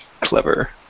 Clever